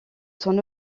son